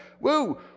Woo